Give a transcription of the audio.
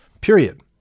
period